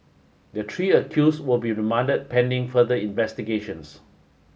the tree accuse will be remanded pending further investigations